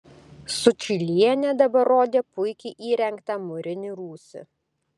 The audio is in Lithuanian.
sučylienė dabar rodė puikiai įrengtą mūrinį rūsį